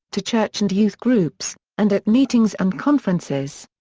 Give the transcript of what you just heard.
to church and youth groups, and at meetings and conferences.